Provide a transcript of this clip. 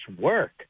work